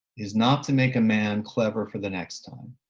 is not to make a man clever for the next time,